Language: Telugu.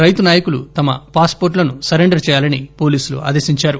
రైతు నాయకులు తమ పాస్ పోర్టులను సరెండర్ చేయాలని పోలీసులు ఆదేశించారు